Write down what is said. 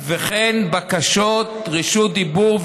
וכן בקשות רשות דיבור,